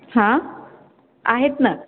हां आहेत ना